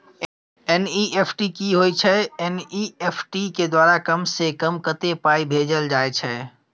NEFT की होय छै एन.ई.एफ.टी के द्वारा कम से कम कत्ते पाई भेजल जाय छै?